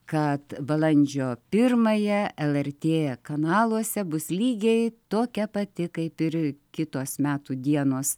kad balandžio pirmąją lrt kanaluose bus lygiai tokia pati kaip ir kitos metų dienos